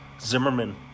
Zimmerman